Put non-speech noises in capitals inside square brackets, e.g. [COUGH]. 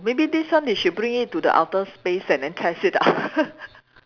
maybe this one they should bring it to the outer space and then test it out [LAUGHS]